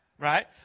right